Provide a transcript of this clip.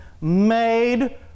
made